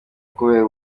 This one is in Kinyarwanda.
kubera